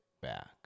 back